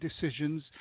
decisions